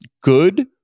good